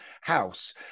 house